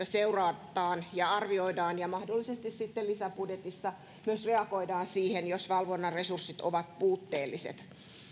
seurataan ja arvioidaan ja mahdollisesti sitten lisäbudjetissa myös reagoidaan siihen jos valvonnan resurssit ovat puutteelliset